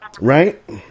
Right